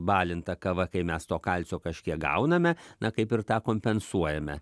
balinta kava kai mes to kalcio kažkiek gauname na kaip ir tą kompensuojame